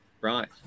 Right